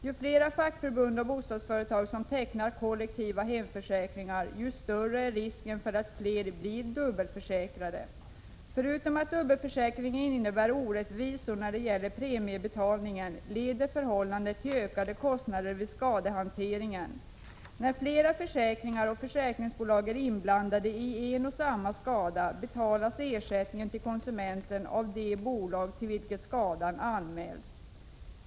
Ju fler fackförbund och bostadsföretag som tecknar kollektiva hemförsäkringar, desto större är risken för att flera blir dubbelförsäkrade. Förutom att dubbelförsäkring innebär orättvisor när det gäller premiebetalningen leder detta förhållande till ökade kostnader vid skadehanteringen. När flera försäkringar och försäkringsbolag är inblandade i en och samma skada betalas ersättningen till konsumenten av det bolag till vilket skadan anmälts.